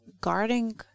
guarding